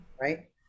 right